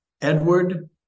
Edward